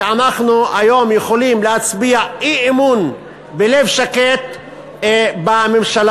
שאנחנו היום יכולים להצביע אי-אמון בלב שקט בממשלה.